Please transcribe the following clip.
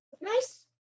Nice